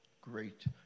great